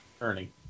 Ernie